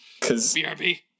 BRB